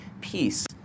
peace